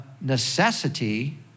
necessity